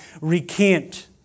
recant